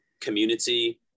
community